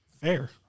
fair